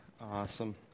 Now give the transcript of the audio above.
Awesome